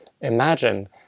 imagine